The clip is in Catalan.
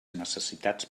necessitats